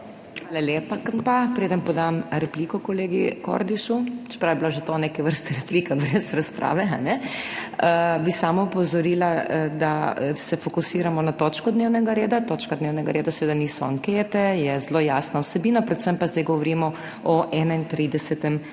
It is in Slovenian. Hvala lepa. Preden podam repliko kolegi Kordišu, čeprav je bila že to neke vrste replika brez razprave, ne, bi samo opozorila, da se fokusiramo na točko dnevnega reda. Točka dnevnega reda seveda niso ankete, je zelo jasna vsebina, predvsem pa zdaj govorimo o 31. členu